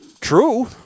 true